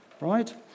right